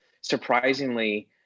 surprisingly